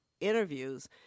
interviews